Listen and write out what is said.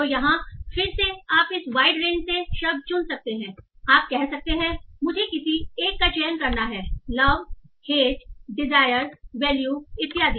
तो यहाँ फिर से आप इस वाइड रेंज से शब्द चुन सकते हैं आप कह सकते हैं मुझे किसी एक का चयन करना है लव हेट डिजायर वैल्यू इत्यादि